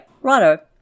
righto